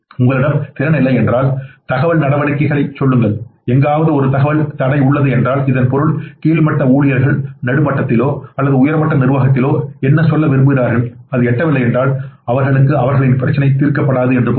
உங்களிடம் திறன் இல்லையென்றால் தகவல் நடவடிக்கைகளைச் சொல்லுங்கள் எங்காவது ஒரு தகவல் தடை உள்ளது என்றால் இதன் பொருள் கீழ் மட்ட ஊழியர்கள் நடுத்தர மட்டத்திலோ அல்லது உயர்மட்ட நிர்வாகத்திலோ என்ன சொல்ல விரும்புகிறார்கள் அது எட்டவில்லை என்றால் அவர்களுக்கு அவர்களின் பிரச்சினைகள் தீர்க்கப்படாது என்று பொருள்படும்